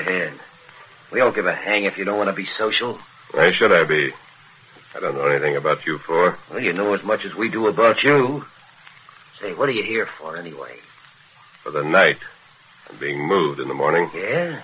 ahead we all get the hang if you don't want to be social should i be i don't know anything about you before you know it much as we do about you say what are you here for anyways for the night being moved in the morning and